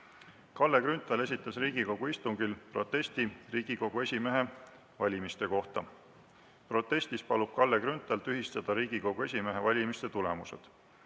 Kalle Grünthal esitas Riigikogu istungil protesti Riigikogu esimehe valimiste kohta. Protestis palub Kalle Grünthal tühistada Riigikogu esimehe valimiste tulemused.